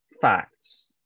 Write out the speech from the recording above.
Facts